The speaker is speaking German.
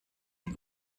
den